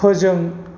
फोजों